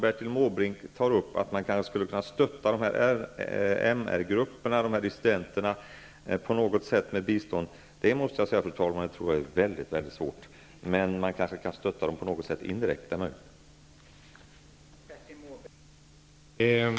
Bertil Måbrink frågar om man inte skulle kunna stötta dessa MR-grupper, dessa dissidenter, med bistånd, men jag måste, fru talman, säga att jag tror att det är väldigt svårt. Däremot kanske man skulle kunna stötta dem indirekt på något sätt.